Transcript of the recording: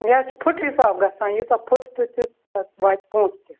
یہِ حظ چھِ فٕٹ حساب گَژھان ییٖژاہ فٕٹ تہِ تیوٗتاہ واتہِ پونٛسہٕ تہِ